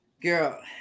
girl